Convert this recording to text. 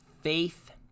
faith